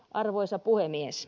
arvoisa puhemies